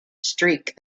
streak